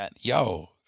Yo